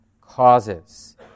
causes